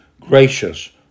gracious